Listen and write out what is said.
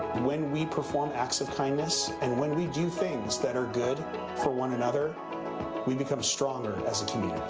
when we perform acts of kindness and when we do things that are good for one another we become stronger as a